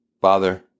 Father